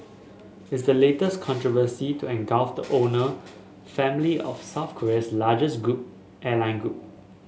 is the latest controversy to engulf the owner family of South Korea's largest group airline group